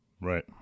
Right